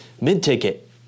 mid-ticket